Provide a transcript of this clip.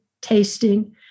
tasting